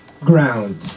ground